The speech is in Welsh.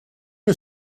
nhw